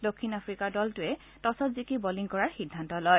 দক্ষিণ আফ্ৰিকাৰ দলটোৱে টছত জিকি বলিং কৰাৰ সিদ্ধান্ত লয়